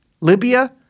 Libya